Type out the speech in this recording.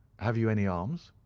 have you any arms?